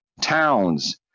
towns